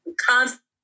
constantly